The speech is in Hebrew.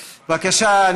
בבקשה,